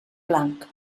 blanc